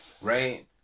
Right